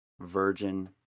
virgin